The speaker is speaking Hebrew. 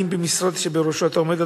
האם במשרד שבראשו אתה עומד,